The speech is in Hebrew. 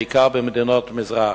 בעיקר במדינות המזרח.